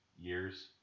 years